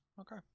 Okay